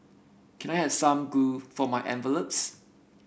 can I have some glue for my envelopes